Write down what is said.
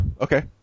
Okay